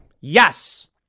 Yes